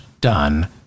done